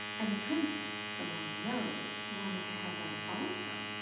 and the princess with the long nose wanted to have that also.